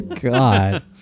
God